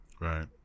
Right